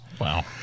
Wow